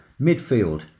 midfield